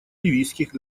ливийских